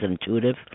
intuitive